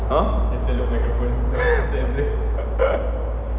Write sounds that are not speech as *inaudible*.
!huh! *laughs*